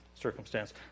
circumstance